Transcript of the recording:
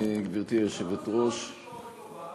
גברתי היושבת-ראש, תודה רבה,